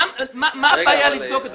מה הבעיה לבדוק את זה?